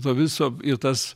to viso ir tas